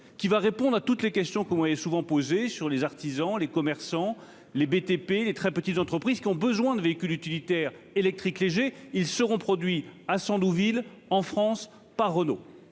qui va répondre à toutes les questions que vous souvent posée sur les artisans, les commerçants, les BTP, les très petites entreprises qui ont besoin de véhicules utilitaires électriques légers, ils seront produits à Sandouville en France par Renault